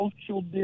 social